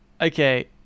okay